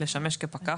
לשמש כפקח,